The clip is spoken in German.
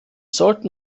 sollten